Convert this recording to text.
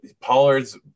Pollard's